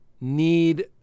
need